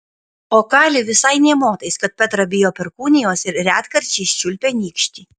o kali visai nė motais kad petra bijo perkūnijos ir retkarčiais čiulpia nykštį